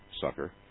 sucker